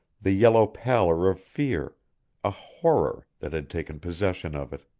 the yellow pallor of fear a horror that had taken possession of it.